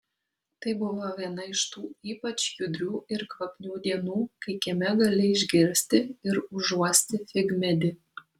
tai buvo viena iš tų ypač judrių ir kvapnių dienų kai kieme gali išgirsti ir užuosti figmedį